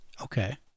Okay